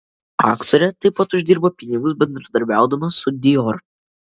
aktorė taip pat uždirba pinigus bendradarbiaudama su dior